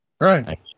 right